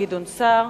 גדעון סער.